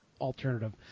alternative